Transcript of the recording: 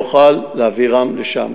נוכל להעבירם לשם.